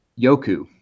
Yoku